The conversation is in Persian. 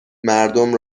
مردم